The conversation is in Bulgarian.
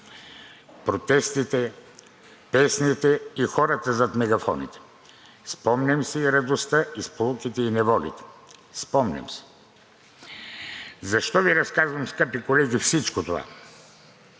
протестите, песните и хората зад мегафоните. Спомням си и радостта, и сполуките, и неволите. Спомням си! Защо Ви разказвам, скъпи колеги, всичко това?